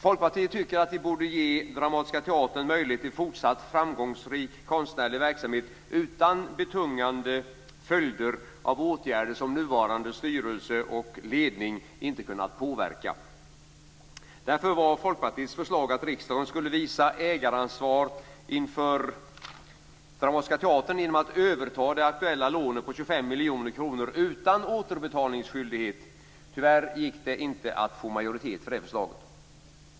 Folkpartiet tycker att vi borde ge Dramatiska teatern möjlighet till fortsatt framgångsrik konstnärlig verksamhet utan betungande följder av åtgärder som nuvarande styrelse och ledning inte kunnat påverka. Därför var Folkpartiets förslag att riksdagen skulle visa ägaransvar inför Dramatiska teatern genom att överta det aktuella lånet på 25 miljoner kronor utan återbetalningsskyldighet. Tyvärr gick det inte att få majoritet för det förslaget.